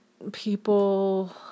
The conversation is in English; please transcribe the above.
People